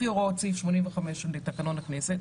לפי הוראות סעיף 85 לתקנון הכנסת,